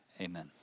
Amen